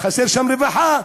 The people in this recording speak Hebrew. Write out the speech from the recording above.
חסרה שם רווחה,